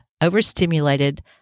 overstimulated